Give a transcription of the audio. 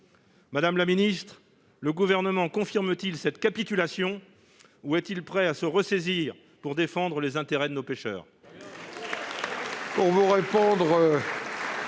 Madame la ministre, le Gouvernement confirme-t-il cette capitulation ou est-il prêt à se ressaisir et à défendre les intérêts de nos pêcheurs ?